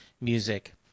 music